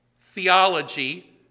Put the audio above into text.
Theology